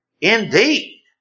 indeed